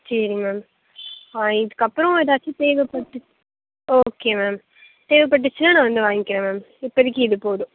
சரிங்க மேம் ஆ இதுக்கு அப்றம் எதாச்சும் தேவைப்பட்டு ஓகே மேம் தேவைப்பட்டுச்சுனா நான் வந்து வாய்ங்கிறேன் மேம் இப்போதைக்கி இது போதும்